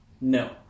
No